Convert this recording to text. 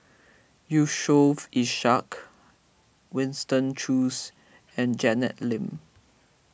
Yusof Ishak Winston Choos and Janet Lim